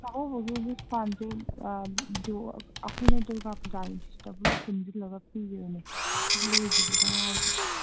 ꯆꯥꯛꯀꯧꯕꯒꯤ ꯗꯤꯁꯀꯥꯎꯟꯁꯦ ꯑꯩꯈꯣꯏꯅ ꯗꯨꯔꯒꯥ ꯄꯨꯖꯥꯒꯤ ꯁꯤꯒ ꯄꯨꯟꯁꯤꯜꯂꯒ ꯄꯤꯈꯤꯕꯅꯤ ꯂꯣꯏꯈꯤꯕꯗ ꯉꯥꯏꯔꯤꯕ